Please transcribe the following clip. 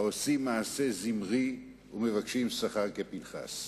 העושים מעשה זמרי ומבקשים שכר כפנחס".